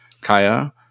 Kaya